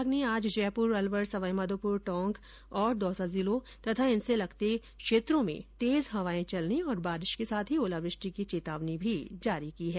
मौसम विभाग ने आज जयपुर अलवर सवाईमाघोपुर टोंक और दौसा जिलों तथा इनसे लगते क्षेत्रों में तेज हवाएं चलने और ओलावृष्टि की चेतावनी जारी की है